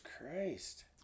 Christ